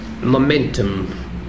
momentum